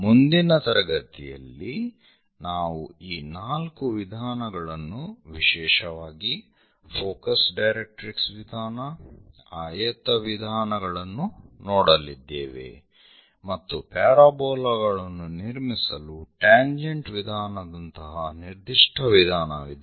ಮುಂದಿನ ತರಗತಿಯಲ್ಲಿ ನಾವು ಈ ನಾಲ್ಕು ವಿಧಾನಗಳನ್ನು ವಿಶೇಷವಾಗಿ ಫೋಕಸ್ ಡೈರೆಕ್ಟ್ರಿಕ್ಸ್ ವಿಧಾನ ಆಯತ ವಿಧಾನಗಳನ್ನು ನೋಡಲಿದ್ದೇವೆ ಮತ್ತು ಪ್ಯಾರಾಬೋಲಾಗಳನ್ನು ನಿರ್ಮಿಸಲು ಟ್ಯಾಂಜೆಂಟ್ ವಿಧಾನದಂತಹ ನಿರ್ದಿಷ್ಟ ವಿಧಾನವಿದೆ